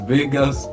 Vegas